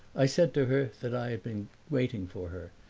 i said to her that i had been waiting for her,